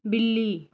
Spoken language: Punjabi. ਬਿੱਲੀ